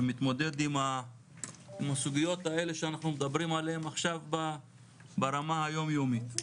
ומתמודד עם הסוגיות האלה שאתם מדברים עליהן עכשיו ברמה היומיומית.